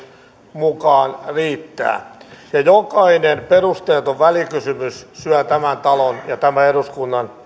mukaan riittää ja jokainen perusteeton välikysymys syö tämän talon ja tämän eduskunnan